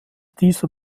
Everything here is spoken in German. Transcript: dieser